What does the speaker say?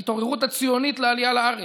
ההתעוררות הציונית לעלייה לארץ,